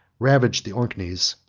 ravaged the orkneys,